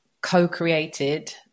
co-created